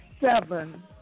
seven